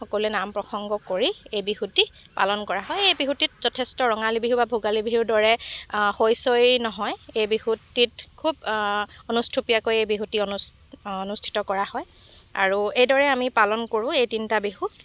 সকলোৱে নাম প্ৰসংগ কৰি এই বিহুটি পালন কৰা হয় এই বিহুটিত যথেষ্ট ৰঙালী বিহু বা ভোগালী বিহুৰ দৰে হৈ চৈ নহয় এই বিহুটিত খুব অনুষ্ঠুপীয়াকৈ এই বিহুটি অনুচ অনুষ্ঠিত কৰা হয় আৰু এইদৰে আমি পালন কৰোঁ এই তিনিটা বিহু